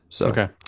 Okay